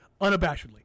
unabashedly